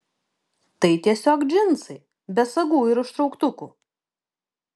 tai tiesiog džinsai be sagų ir užtrauktukų